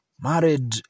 married